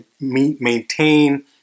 maintain